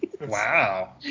Wow